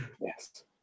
Yes